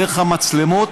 דרך המצלמות,